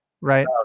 right